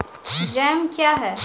Jam क्या हैं?